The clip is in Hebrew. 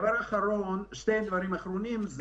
עוד שני דברים אחרונים.